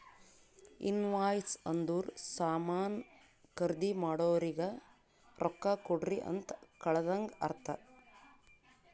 invoice ಅಂದುರ್ ಸಾಮಾನ್ ಖರ್ದಿ ಮಾಡೋರಿಗ ರೊಕ್ಕಾ ಕೊಡ್ರಿ ಅಂತ್ ಕಳದಂಗ ಅರ್ಥ